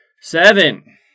Seven